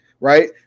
right